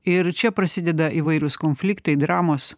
ir čia prasideda įvairūs konfliktai dramos